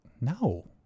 No